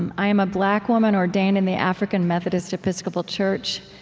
and i am a black woman ordained in the african methodist episcopal church.